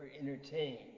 entertained